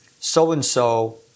so-and-so